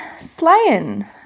slaying